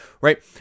right